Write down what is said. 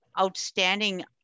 outstanding